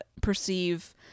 Perceive